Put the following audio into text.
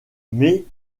met